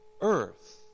earth